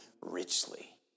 richly